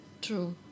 true